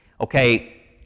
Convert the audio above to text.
Okay